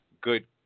good